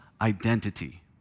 identity